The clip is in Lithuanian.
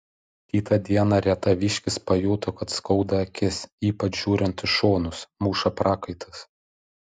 kitą dieną rietaviškis pajuto kad skauda akis ypač žiūrint į šonus muša prakaitas